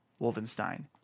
Wolfenstein